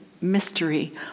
mystery